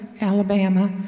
Alabama